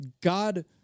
God